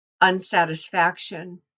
unsatisfaction